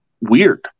weird